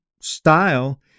style